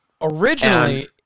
Originally